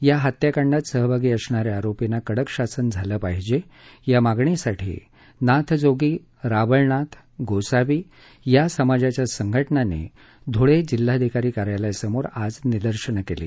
या हत्याकांडात सहभागी असणा या आरोपींना कडक शासन झालं पाहिजे या मागणीसाठी नाथजोगी रावळ नाथ गोसावी या समाजाच्या संघटनांनी धुळे जिल्हाधिकारी कार्यालयासमोर आज निदर्शनं केली